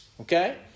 okay